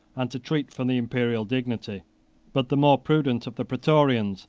and to treat for the imperial dignity but the more prudent of the praetorians,